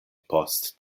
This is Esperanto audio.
post